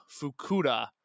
Fukuda